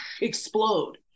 explode